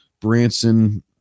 Branson